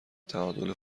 تعادل